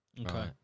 Okay